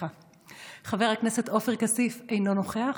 חבר הכנסת עופר כסיף, אינו נוכח,